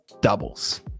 doubles